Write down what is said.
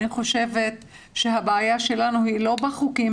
אני חושבת שהבעיה שלנו היא לא בחוקים